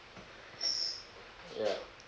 s~ ya